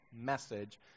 message